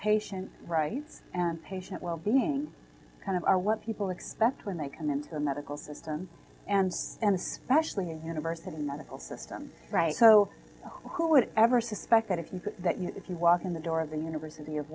patient rights and patient wellbeing kind of are what people expect when they come into the medical system and specially a university medical system so who would ever suspect that if you if you walk in the door of the university of